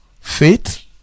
Faith